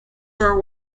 were